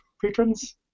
patrons